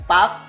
Pop